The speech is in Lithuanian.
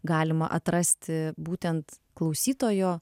galima atrasti būtent klausytojo